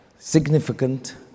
significant